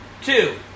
Two